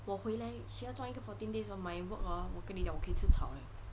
我回来需要种一个 fourteen days hor my work hor 我跟你讲我吃草了:wo gen ni jiang wo chi cao liao eh